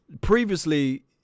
previously